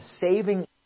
saving